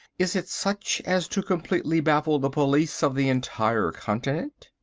is it such as to completely baffle the police of the entire continent?